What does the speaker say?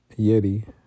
Yeti